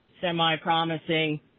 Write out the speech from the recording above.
semi-promising